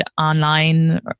online